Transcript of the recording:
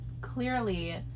clearly